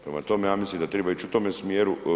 Prema tome, ja mislim da triba ić u tom smjeru.